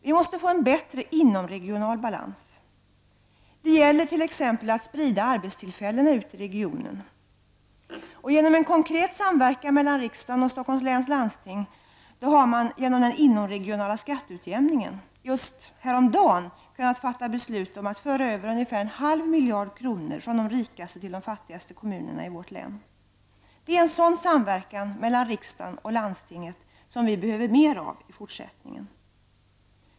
Vi måste få en bättre inomregional balans. Det gäller t.ex. att sprida arbetstillfällena ut i regionen. Genom en konkret samverkan mellan riksdagen och Stockholms läns landsting har man, genom den inomregionala skatteutjämningen, just i dagarna kunnat fatta beslut om att föra över ungefär en halv miljard kronor från de rikaste till de fattigaste kommunerna i länet. Det är en sådan samverkan mellan riksdag och landsting som vi behöver mer av i fortsättningen.